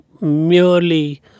merely